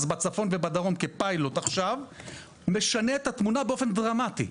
בצפון ובדרום כפיילוט עכשיו משנה את התמונה באופן דרמטי.